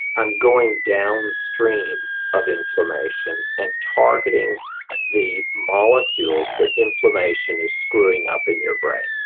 i'm going downstream of inflammation and targeting the molecules that inflammation is screwing up in your brain.